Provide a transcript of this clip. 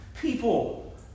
people